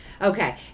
Okay